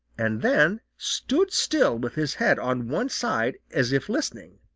and then stood still with his head on one side as if listening.